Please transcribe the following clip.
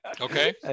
Okay